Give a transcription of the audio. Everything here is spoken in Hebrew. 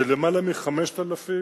זה למעלה מ-5,000